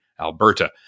Alberta